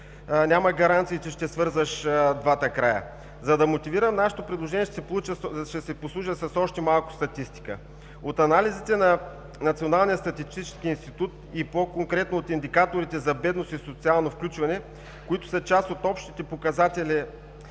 няма гаранции, че ще свързваш двата края. За да мотивирам нашето предложение, ще си послужа с още малко статистика. От анализите на Националния статистически институт и по-конкретно от индикаторите за бедност и социално изключване, които са част от общите показатели